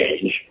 change